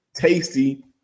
tasty